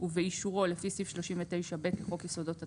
ובאישורו לפי סעיף 39ב לחוק יסודות התקציב,